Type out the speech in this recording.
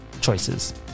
Choices